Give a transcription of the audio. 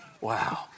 Wow